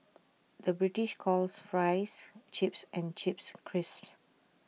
the British calls Fries Chips and Chips Crisps